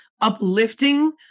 uplifting